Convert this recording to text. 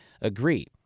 agree